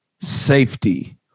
Safety